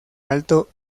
alto